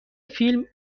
فیلم